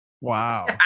Wow